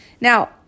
Now